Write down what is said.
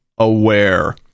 Aware